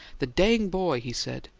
the dang boy! he said.